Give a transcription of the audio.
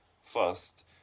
First